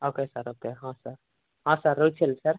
okay sir okay ହଁ sir ହଁ sir ରହୁଛି ହେଲେ ସାର୍